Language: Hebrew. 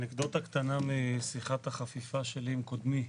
אנקדוטה קטנה משיחת החפיפה שלי עם קודמי,